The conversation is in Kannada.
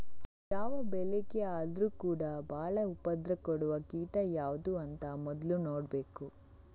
ಯಾವ ಬೆಳೆಗೆ ಆದ್ರೂ ಕೂಡಾ ಬಾಳ ಉಪದ್ರ ಕೊಡುವ ಕೀಟ ಯಾವ್ದು ಅಂತ ಮೊದ್ಲು ನೋಡ್ಬೇಕು